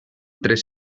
tres